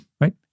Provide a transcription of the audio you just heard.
Right